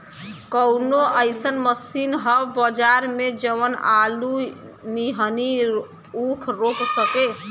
कवनो अइसन मशीन ह बजार में जवन आलू नियनही ऊख रोप सके?